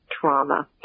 trauma